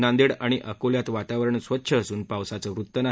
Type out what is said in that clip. नांदेड आणि अकोल्यात वातावरण स्वच्छ असून पावसाचं वृत्त नाही